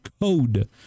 code